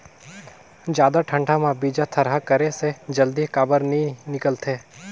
जादा ठंडा म बीजा थरहा करे से जल्दी काबर नी निकलथे?